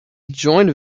joined